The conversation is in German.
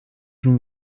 schon